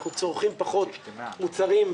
אנחנו צורכים פחות מוצרים,